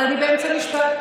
אבל אני באמצע משפט.